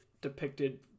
depicted